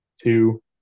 two